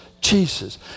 Jesus